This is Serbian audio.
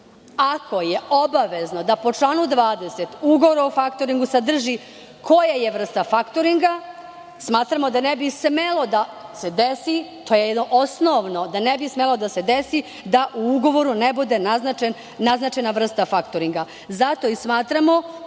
Ako je obavezno da po članu 20. ugovor o faktoringu sadrži koja je vrsta faktoringa, smatramo da ne bi smelo da se desi, to je jedno osnovno, da u ugovoru ne bude naznačena vrsta faktoringa. Zato i smatramo,